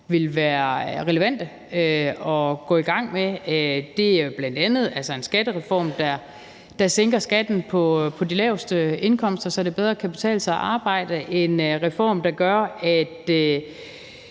ville være relevante at gå i gang med. Det er bl.a. en skattereform, der sænker skatten på de laveste indkomster, så det bedre kan betale sig at arbejde, og det er en reform, der gør, at